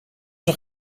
nog